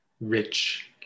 rich